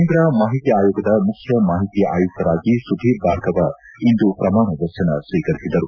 ಕೇಂದ್ರ ಮಾಹಿತಿ ಆಯೋಗದ ಮುಖ್ಯ ಮಾಹಿತಿ ಆಯುಕ್ತರಾಗಿ ಸುಧೀರ್ ಭಾರ್ಗವ ಇಂದು ಪ್ರಮಾಣವಚನ ಸ್ವೀಕರಿಸಿದರು